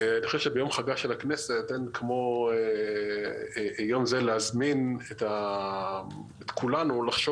אני חושב שביום חגה של הכנסת אין כמו יום זה להזמין את כולנו לחשוב